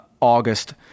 August